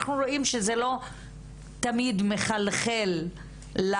אנחנו רואים שזה לא תמיד מחלחל לשטח,